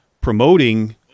promoting